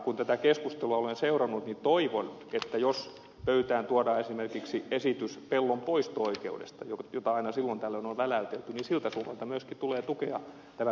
kun tätä keskustelua olen seurannut niin toivon että jos pöytään tuodaan esimerkiksi esitys pellon poisto oikeudesta jota aina silloin tällöin on väläytelty niin siltä suunnalta myöskin tulee tukea tämän pellon hinnan alentamiseksi